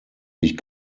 ich